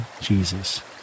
Jesus